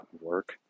Work